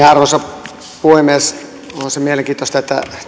arvoisa puhemies on se mielenkiintoista että